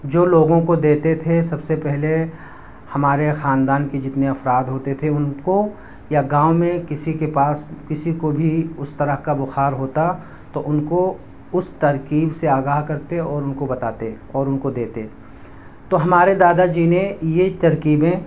جو لوگوں کو دیتے تھے سب سے پہلے ہمارے خاندان کے جتنے افراد ہوتے تھے ان کو یا گاؤں میں کسی کے پاس کسی کو بھی اس طرح کا بخار ہوتا تو ان کو اس ترکیب سے آگاہ کرتے اور ان کو بتاتے اور ان کو دیتے تو ہمارے دادا جی نے یہ ترکیبیں